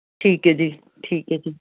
ਠੀਕ ਹ ਜੀ ਠੀਕ ਹ ਜੀ